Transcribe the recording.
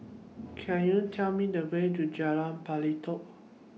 Can YOU Tell Me The Way to Jalan Pelatok